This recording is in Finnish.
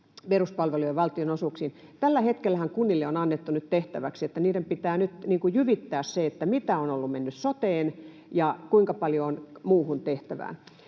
peruspalvelujen valtionosuuksiin. Nyt tällä hetkellähän kunnille on annettu tehtäväksi jyvittää se, mitä on mennyt soteen ja kuinka paljon muuhun tehtävään.